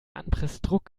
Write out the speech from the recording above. anpressdruck